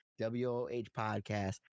WOHpodcast